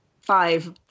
Five